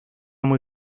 muy